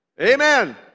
Amen